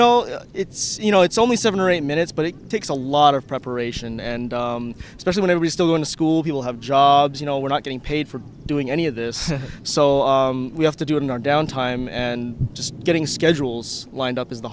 know it's you know it's only seven or eight minutes but it takes a lot of preparation and especially when i was still in school people have jobs you know we're not getting paid for doing any of this so we have to do it in our down time and just getting schedules lined up is the